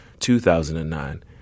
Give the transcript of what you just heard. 2009